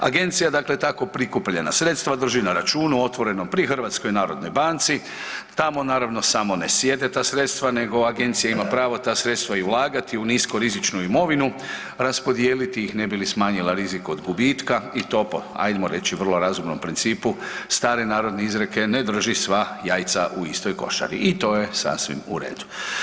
Agencija dakle tako prikupljena sredstva drži na računu otvorenom pri HNB-u, tamo naravno samo ne sjede ta sredstva nego agencija ima pravo ta sredstva i ulagati u nisko rizičnu imovinu, raspodijeliti ih ne bi li smanjila rizik od gubitka i to po ajdemo reći vrlo razumnom principu stare narodne izreke, ne drži sva jajca u istoj košari i to je sasvim u redu.